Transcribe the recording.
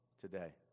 today